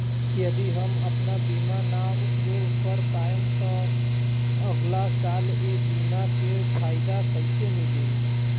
यदि हम आपन बीमा ना उपयोग कर पाएम त अगलासाल ए बीमा के फाइदा कइसे मिली?